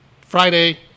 Friday